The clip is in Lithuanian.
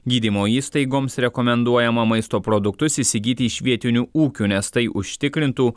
gydymo įstaigoms rekomenduojama maisto produktus įsigyti iš vietinių ūkių nes tai užtikrintų